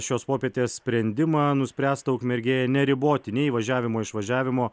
šios popietės sprendimą nuspręsta ukmergėj neriboti nei įvažiavimo išvažiavimo